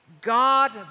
God